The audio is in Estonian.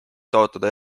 taotleda